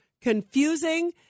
confusing